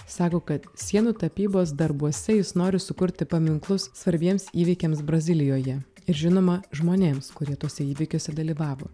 sako kad sienų tapybos darbuose jis nori sukurti paminklus svarbiems įvykiams brazilijoje ir žinoma žmonėms kurie tuose įvykiuose dalyvavo